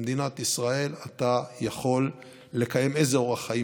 במדינת ישראל אתה יכול לקיים איזה אורח חיים